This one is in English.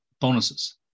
bonuses